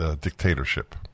dictatorship